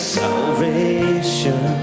salvation